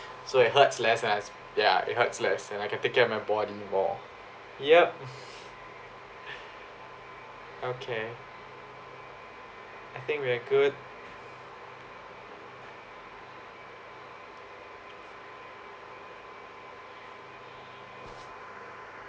so it hurts less as ya it hurts less and I can take care of my body more ya okay I think we are good